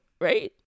right